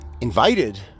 invited